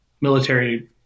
military